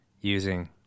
using